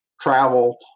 travel